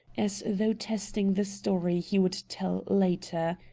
as though testing the story he would tell later,